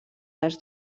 les